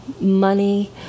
money